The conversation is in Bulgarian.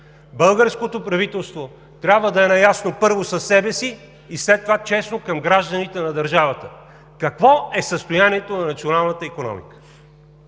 на правителството, трябва да е наясно първо със себе си и след това честно към гражданите на държавата какво е състоянието на националната икономика!